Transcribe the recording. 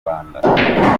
rwanda